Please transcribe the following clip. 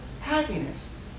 happiness